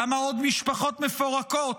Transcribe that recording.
כמה עוד משפחות מפורקות?